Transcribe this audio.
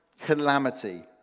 calamity